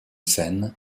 sen